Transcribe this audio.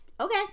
okay